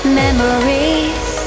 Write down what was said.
memories